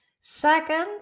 Second